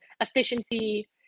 efficiency